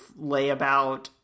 layabout